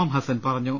M Hassan പറഞ്ഞു